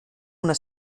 una